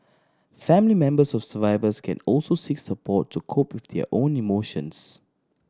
family members of survivors can also seek support to cope with their own emotions